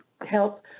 help